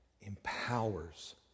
empowers